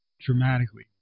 dramatically